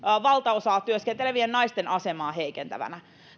työskentelevien naisten asemaa heikentäneen